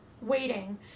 waiting